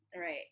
right